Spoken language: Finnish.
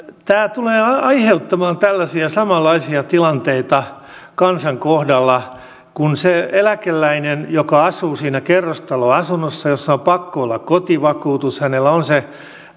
tämä tulee aiheuttamaan tällaisia samanlaisia tilanteita kansan kohdalla kun se eläkeläinen joka asuu siinä kerrostaloasunnossa jossa on pakko olla kotivakuutus ja hänellä on se